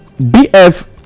BF